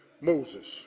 Moses